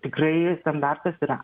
tikrai standartas yra